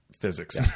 physics